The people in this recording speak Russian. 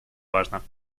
важно